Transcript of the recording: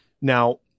Now